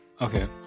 okay